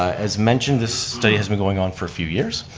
as mentioned, this day has been going on for a few years.